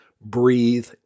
breathe